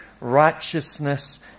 righteousness